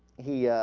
he